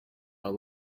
our